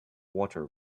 water